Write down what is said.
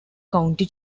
county